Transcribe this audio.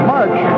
March